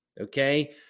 Okay